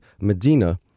medina